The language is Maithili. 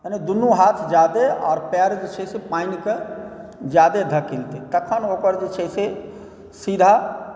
यानि दुनू हाथ जे छै से ज्यादे आओर पैर जे छै से पानिके ज्यादे धकेलतै तखन ओकर जे छै से सीधा